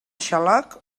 xaloc